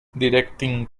directing